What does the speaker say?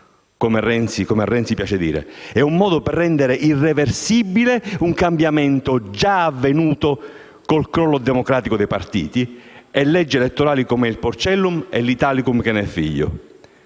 come a Renzi piace dire - ma per rendere irreversibile un cambiamento già avvenuto con il crollo democratico dei partiti e leggi elettorali come il Porcellum e l'Italicum che ne è figlio: